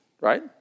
right